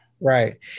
Right